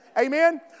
Amen